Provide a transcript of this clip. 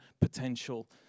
potential